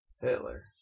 Hitler